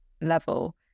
level